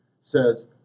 says